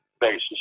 basis